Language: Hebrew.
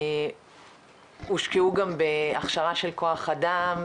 הושקעו גם בהכשרה של כוח אדם,